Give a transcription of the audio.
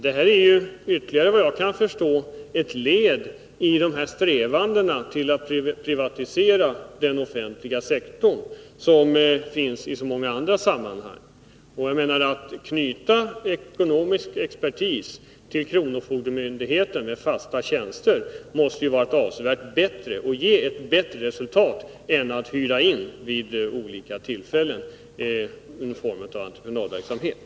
Detta är, så vitt jag kan förstå, ytterligare ett led i strävandena att privatisera den offentliga sektorn, strävanden som framkommer i så många andra sammanhang. Att man knyter ekonomisk expertis till kronofogdemyndigheten i form av fasta tjänster måste ju ge ett avsevärt bättre resultat än att man hyr in expertis vid olika tillfällen i form av entrepenadverksamhet.